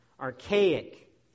archaic